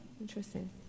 interesting